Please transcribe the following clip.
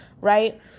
right